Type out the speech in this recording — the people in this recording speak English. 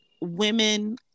women